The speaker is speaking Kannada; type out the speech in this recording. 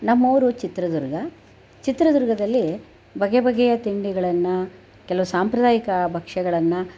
ನಮ್ಮೂರು ಚಿತ್ರದುರ್ಗ ಚಿತ್ರದುರ್ಗದಲ್ಲಿ ಬಗೆಬಗೆಯ ತಿಂಡಿಗಳನ್ನು ಕೆಲವು ಸಾಂಪ್ರದಾಯಿಕ ಭಕ್ಷ್ಯಗಳನ್ನು